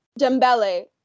Dembele